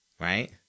Right